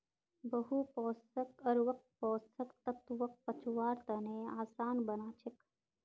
बहु पोषक उर्वरक पोषक तत्वक पचव्वार तने आसान बना छेक